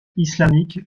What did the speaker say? islamiques